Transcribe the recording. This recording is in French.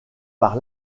par